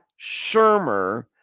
Shermer